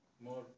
more